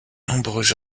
nombreux